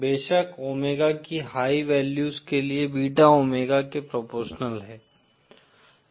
बेशक ओमेगा की high values के लिए बीटा ओमेगा के प्रोपोरशनल है